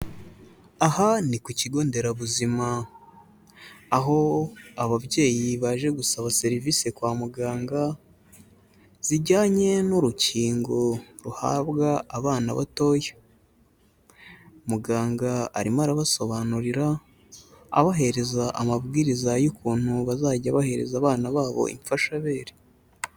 Aha ni ku kigo nderabuzima. Aho ababyeyi baje gusaba serivisi kwa muganga zijyanye n'urukingo ruhabwa abana batoya. Muganga arimo arabasobanurira, abahereza amabwiriza y'ukuntu bazajya bahereza abana babo imfashabere.